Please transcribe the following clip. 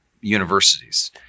universities